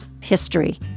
history